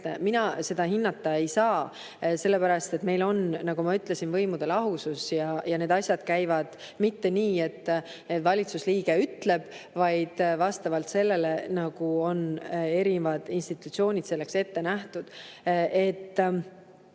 Mina seda hinnata ei saa, sellepärast et meil on, nagu ma ütlesin, võimude lahusus. Need asjad ei käi mitte nii, et valitsuse liige ütleb midagi, vaid vastavalt sellele, nagu on erinevad institutsioonid selleks ette nähtud. Ma